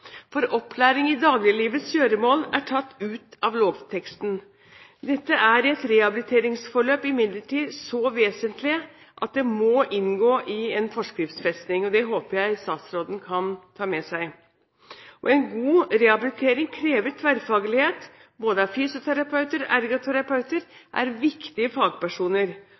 For opplæring i dagliglivets gjøremål er tatt ut av lovteksten. I et rehabiliteringsforløp er dette imidlertid så vesentlig at det må inngå i en forskriftsfesting. Det håper jeg statsråden kan ta med seg. En god rehabilitering krever tverrfaglighet. Både fysioterapeuter og ergoterapeuter er viktige fagpersoner.